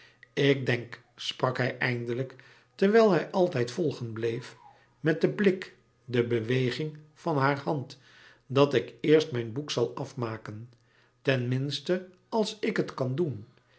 ik denk sprak hij eindelijk terwijl hij altijd volgen bleef met den blik de beweging van haar hand dat ik eerst mijn boek zal afmaken ten minste als ik het kan doen